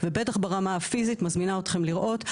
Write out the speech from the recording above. ובטח ברמה הפיזית מזמינה אתכם לראות.